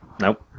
Nope